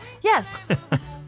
yes